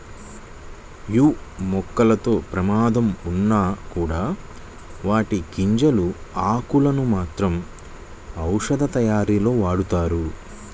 యీ మొక్కలతో ప్రమాదం ఉన్నా కూడా వాటి గింజలు, ఆకులను మాత్రం ఔషధాలతయారీలో వాడతారు